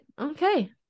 okay